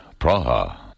Praha